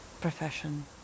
profession